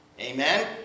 Amen